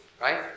right